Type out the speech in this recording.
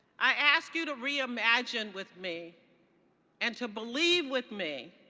i ask you to reimagine with me and to believe with me